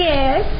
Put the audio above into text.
Yes